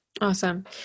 Awesome